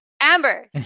Amber